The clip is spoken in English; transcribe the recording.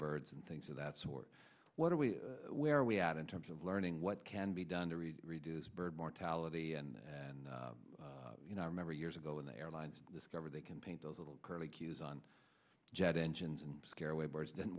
birds and things of that sort what are we where are we at in terms of learning what can be done to really reduce bird mortality and you know i remember years ago when the airlines discovered they can paint those little curlicues on jet engines and scare away birds didn't